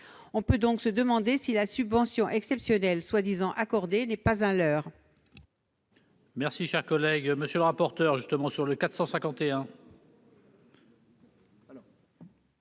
On peut donc se demander si la subvention exceptionnelle prétendument accordée n'est pas un leurre.